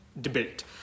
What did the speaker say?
debate